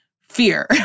fear